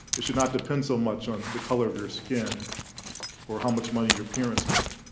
it should not depend so much on the color of your skin or how much money your parents make.